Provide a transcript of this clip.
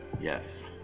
yes